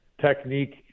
technique